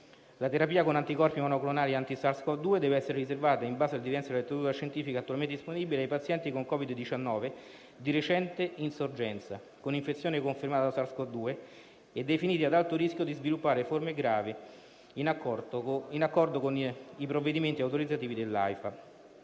La terapia con anticorpi monoclonali anti-SARS-Cov-2 dev'essere riservata, in base alle evidenze della letteratura scientifica attualmente disponibile, ai pazienti con Covid-19 di recente insorgenza, con infezione confermata da SARS-Cov-2 e definiti ad alto rischio di sviluppare forme gravi, in accordo con i provvedimenti autorizzativi dell'AIFA.